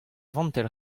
vantell